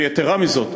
ויתרה מזאת,